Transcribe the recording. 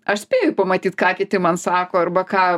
aš spėju pamatyt ką kiti man sako arba ką